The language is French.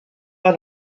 pas